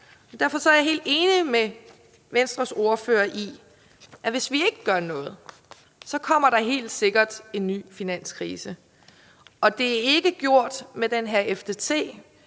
derfor er jeg helt enig med Venstres ordfører i, at hvis ikke vi gør noget, så kommer der helt sikkert en ny finanskrise. Og det er ikke gjort med den her